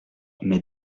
mes